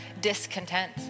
discontent